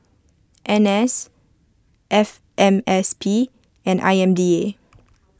N S F M S P and I M B A